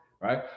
right